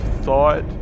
thought